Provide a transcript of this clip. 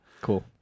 Cool